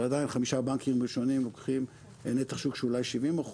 אבל עדיין חמישה בנקים ראשונים לוקחים נתח שוק של אולי 70%,